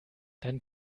dann